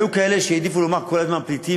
היו כאלה שהעדיפו לומר כל הזמן: פליטים,